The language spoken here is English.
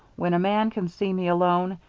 when a man can see me alone,